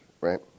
right